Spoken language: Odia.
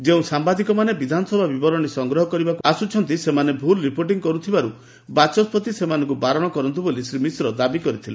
ଯେଉଁ ସାୟାଦିକମାନେ ବିଧାନସଭା ବିବରଣୀ ସଂଗ୍ରହ କରିବାକୁ ଆସୁନାହାନ୍ତି ସେମାନେ ଭୁଲ ରିପୋର୍ଟିଂ କରୁଥିବାରୁ ବାଚସ୍କତି ସେମାନଙ୍କୁ ବାରଣ କରନ୍ତୁ ବୋଲି ଶ୍ରୀ ମିଶ୍ର ଦାବି କରିଥିଲେ